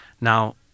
Now